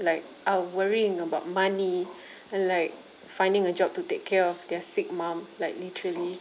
like are worrying about money and like finding a job to take care of their sick mom like literally